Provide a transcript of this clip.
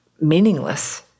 meaningless